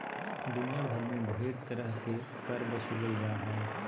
दुनिया भर मे ढेर तरह के कर बसूलल जा हय